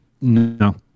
no